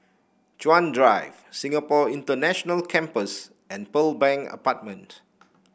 Chuan Drive Singapore International Campus and Pearl Bank Apartment